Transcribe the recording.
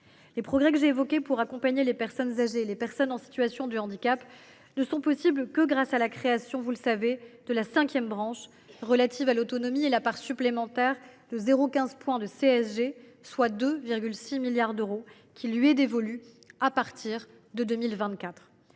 de progrès que je viens d’évoquer pour accompagner les personnes âgées et les personnes en situation de handicap ne seront possibles que grâce à la création de la cinquième branche relative à l’autonomie et à la part supplémentaire de 0,15 point, soit un montant de 2,6 milliards d’euros qui lui sera dévolu à partir de 2024.